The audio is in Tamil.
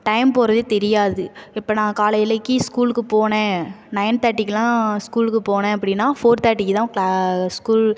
டைம் போகிறதே தெரியாது இப்போ நான் கலையிலைக்கி ஸ்கூலுக்கு போனேன் நயன் தேட்டிக்குலாம் ஸ்கூலுக்கு போனேன் அப்படின்னா ஃபோர் தேட்டிக்கு தான் க்ளா ஸ்கூல்